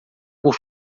por